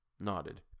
nodded